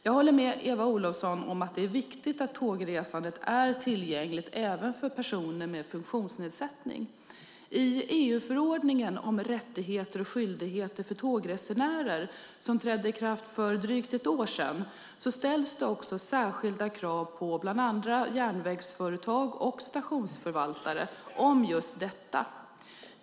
Jag håller med Eva Olofsson om att det är viktigt att tågresandet är tillgängligt även för personer med funktionsnedsättning. I EU-förordningen om rättigheter och skyldigheter för tågresenärer, som trädde i kraft för drygt ett år sedan, ställs det också särskilda krav på bland andra järnvägsföretag och stationsförvaltare om just detta.